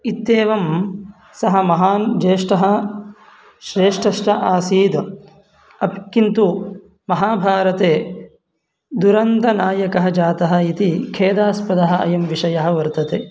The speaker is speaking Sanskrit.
इत्येवं सः महान् ज्येष्ठः श्रेष्ठश्च आसीद् अप् किन्तु महाभारते दुरन्तनायकः जातः इति खेदास्पदः अयं विषयः वर्तते